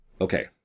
Okay